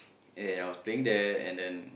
and I was playing there and then